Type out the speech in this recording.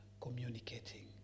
communicating